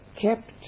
kept